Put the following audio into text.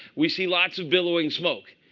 we see lots of billowing smoke.